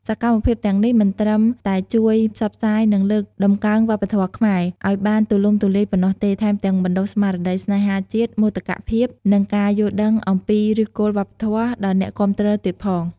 សកម្មភាពទាំងនេះមិនត្រឹមតែជួយ ផ្សព្វផ្សាយនិងលើកតម្កើងវប្បធម៌ខ្មែរ ឱ្យបានទូលំទូលាយប៉ុណ្ណោះទេ ថែមទាំង បណ្ដុះស្មារតីស្នេហាជាតិ មោទកភាព និងការយល់ដឹងអំពីឫសគល់វប្បធម៌ ដល់អ្នកគាំទ្រទៀតផង។